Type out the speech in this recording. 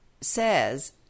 says